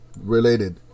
related